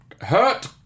hurt